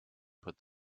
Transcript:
put